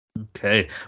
Okay